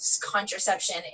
contraception